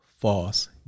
false